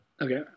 Okay